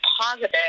positive